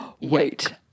Wait